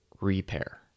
repair